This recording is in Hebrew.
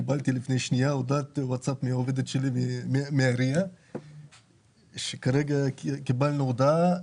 קיבלתי לפני שנייה הודעת וואטסאפ מהעירייה שכרגע קיבלנו הודעה,